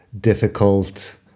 difficult